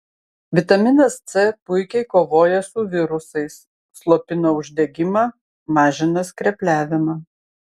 vitaminas c puikiai kovoja su virusais slopina uždegimą mažina skrepliavimą